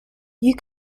you